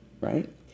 Right